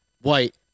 White